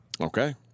Okay